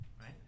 Right